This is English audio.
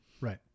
Right